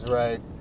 right